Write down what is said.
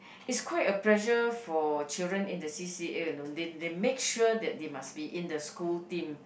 it's quite a pressure for children in the C_C_A you know they they make sure that they must be in the school team